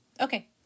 Okay